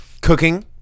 cooking